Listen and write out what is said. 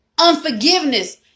Unforgiveness